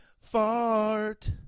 fart